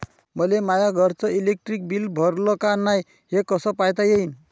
मले माया घरचं इलेक्ट्रिक बिल भरलं का नाय, हे कस पायता येईन?